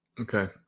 okay